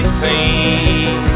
seen